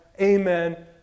amen